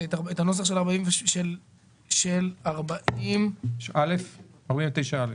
הנוסח של סעיף 49(א).